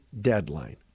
deadline